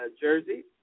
Jersey